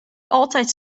altijd